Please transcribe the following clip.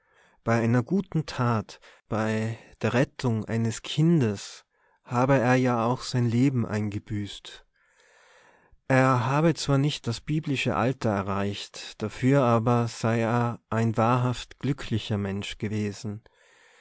bei einer guten tat bei der rettung eines kindes habe er ja auch sein leben eingebüßt er habe zwar nicht das biblische alter erreicht dafür aber sei er ein wahrhaft glücklicher mensch gewesen